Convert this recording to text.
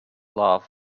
laugh